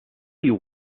you